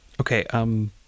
Okay